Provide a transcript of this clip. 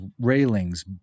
railings